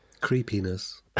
Creepiness